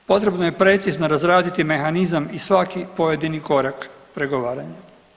Potrebno je precizno razraditi mehanizam i svaki pojedini korak pregovaranjem.